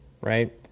right